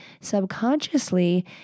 subconsciously